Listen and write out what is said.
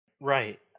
Right